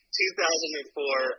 2004